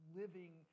living